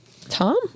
Tom